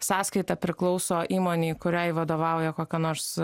sąskaita priklauso įmonei kuriai vadovauja kokia nors